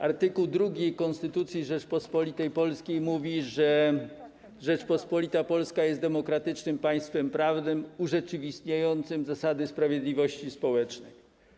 Art. 2 Konstytucji Rzeczypospolitej Polskiej mówi, że Rzeczpospolita Polska jest demokratycznym państwem prawnym urzeczywistniającym zasady sprawiedliwości społecznej.